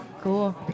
Cool